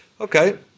Okay